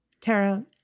Tara